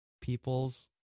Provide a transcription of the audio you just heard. people's